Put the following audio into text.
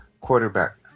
quarterback